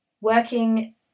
working